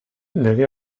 lege